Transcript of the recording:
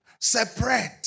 Separate